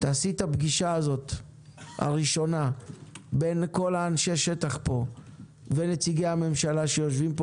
תעשי את הפגישה הראשונה בין כל אנשי השטח פה ונציגי הממשלה שיושבים פה.